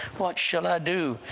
what shall i do,